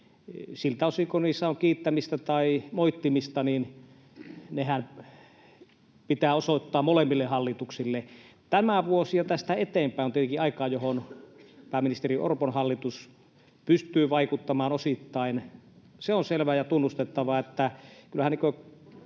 siltä osin kuin niissä on kiittämistä tai moittimista, sehän pitää osoittaa molemmille hallituksille. Tämä vuosi ja tästä eteenpäin on tietenkin aikaa, johon pääministeri Orpon hallitus pystyy vaikuttamaan osittain. Se on selvää ja tunnustettava,